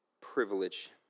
privilege